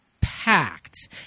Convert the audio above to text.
packed